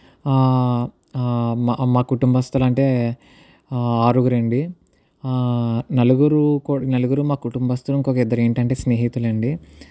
మా మా కుటుంబస్తులు అంటే ఆరుగురు అండి నలుగురు కు నలుగురు మా కుటుంబస్తులు ఇంకొక ఇద్దరు ఏంటంటే స్నేహితులు అండి